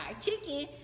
chicken